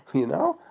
you know.